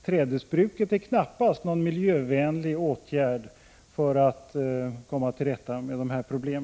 Trädesbruket är knappast någon miljövänlig åtgärd för att komma till rätta med dessa problem.